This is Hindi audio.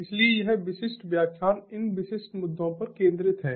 इसलिए यह विशिष्ट व्याख्यान इन विशिष्ट मुद्दों पर केंद्रित है